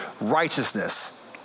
righteousness